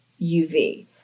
UV